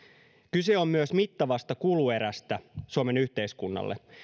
kyse on myös mittavasta kuluerästä suomen yhteiskunnalle